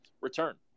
return